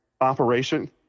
operation